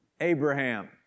Abraham